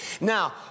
Now